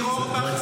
ניר אורבך,